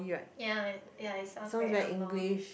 ya ya it sounds very angmoh